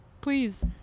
please